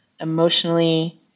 emotionally